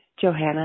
Johanna